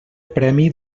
premi